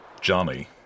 Johnny